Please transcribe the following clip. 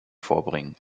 vorbringen